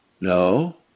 No